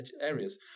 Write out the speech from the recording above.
areas